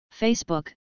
Facebook